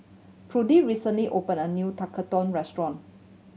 Prudie recently opened a new Tekkadon restaurant